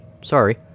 Sorry